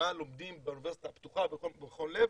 למה לומדים באוניברסיטה הפתוחה במכון לב,